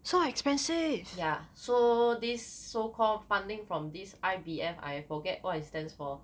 yeah so this so-called funding from this I_B_F I forget what it stands for